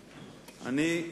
אני,